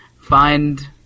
find